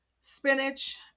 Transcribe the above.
spinach